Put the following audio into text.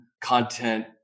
content